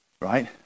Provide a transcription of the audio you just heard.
right